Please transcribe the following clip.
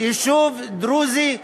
יישוב דרוזי,